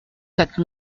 quatre